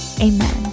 Amen